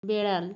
বেড়াল